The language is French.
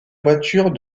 voiture